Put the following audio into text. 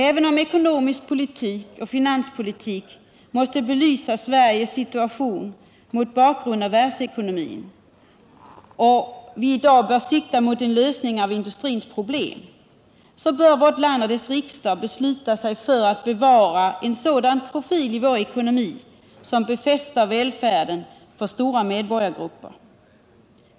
Även om ekonomisk politik och finanspolitik måste belysa Sveriges situation mot bakgrund av världsekonomin och vi i dag bör sikta mot en lösning av industrins problem, så bör vårt land och dess riksdag besluta sig för att bevara en sådan profil i vår ekonomi som befäster välfärden för stora medborgargrupper.